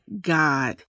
God